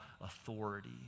authority